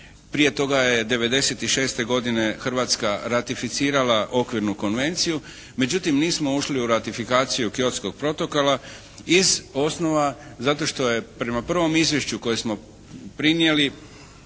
Prije toga je '96. godine Hrvatska ratificirala Okvirnu konvenciju, međutim nismo ušli u ratifikaciju Kyotskog protokola iz osnova zato što je prema prvom izvješću koje smo prinjeli